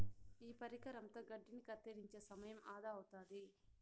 ఈ పరికరంతో గడ్డిని కత్తిరించే సమయం ఆదా అవుతాది